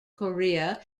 korea